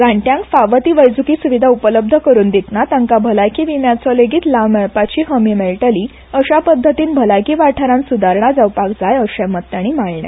जाण्ट्यांक फावो ती वैज्की स्विधा उपलब्ध करून दितना तांका भलायकी विम्याचो लेगीत लाव मेळपाची हमी मेळटली अशा पध्दतीन भलायकी वाठारान सुदारणा जावपाक जाय अर्शे मत ताणी मांडले